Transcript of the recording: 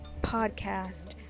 podcast